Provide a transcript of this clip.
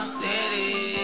city